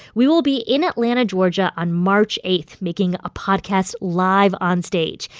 we will be in atlanta, ga, on march eight making a podcast live onstage,